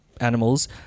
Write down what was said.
animals